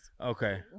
okay